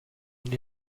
and